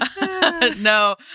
no